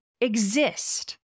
exist